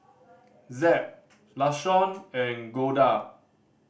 Zeb Lashawn and Golda